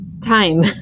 time